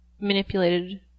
manipulated